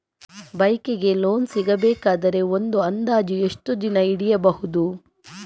Bike ಗೆ loan ಸಿಗಬೇಕಾದರೆ ಒಂದು ಅಂದಾಜು ಎಷ್ಟು ದಿನ ಹಿಡಿಯಬಹುದು?